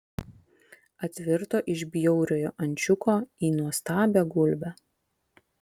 atvirto iš bjauriojo ančiuko į nuostabią gulbę